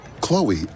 Chloe